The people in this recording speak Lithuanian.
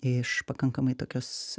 iš pakankamai tokios